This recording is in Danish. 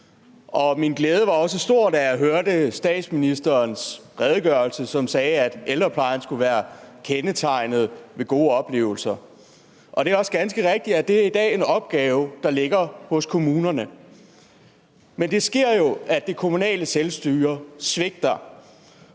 Og min glæde var også stor, da jeg hørte statsministerens redegørelse, som sagde, at ældreplejen skulle være kendetegnet ved gode oplevelser, og det er også ganske rigtigt, at det i dag er en opgave, der ligger hos kommunerne. Men det sker jo, at det kommunale selvstyre svigter.